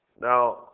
Now